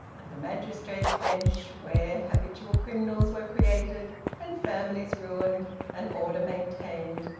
and the magistrates' bench, where habitual criminals were created and families ruined and order maintained,